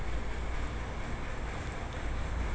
reaper binder कृषि उद्योग के एगो मशीन हई